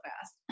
fast